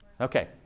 Okay